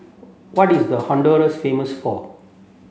what is Honduras famous for